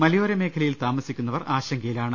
മലയോര മേഖലയിൽ താമസി ക്കുന്നവർ ആശങ്കയിലാണ്